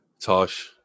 Tosh